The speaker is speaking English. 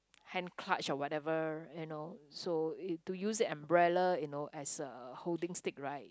hand clutch or whatever you know so it to use umbrella you know as a holding stick right